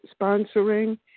sponsoring